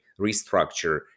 restructure